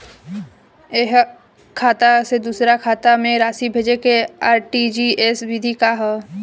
एकह खाता से दूसर खाता में राशि भेजेके आर.टी.जी.एस विधि का ह?